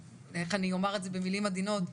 איך אני אומר את זה במילים עדינות,